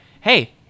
Hey